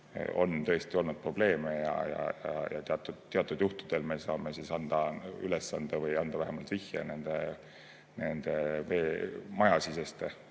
on tõesti olnud probleeme. Teatud juhtudel me saame anda ülesande või anda vähemalt vihje nende majasiseste